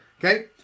Okay